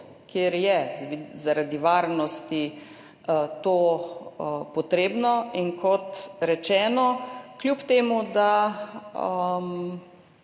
kjer je zaradi varnosti to potrebno. In kot rečeno, kljub temu, da